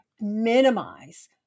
minimize